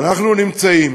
ואנחנו נמצאים